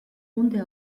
hunde